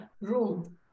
room